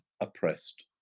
oppressed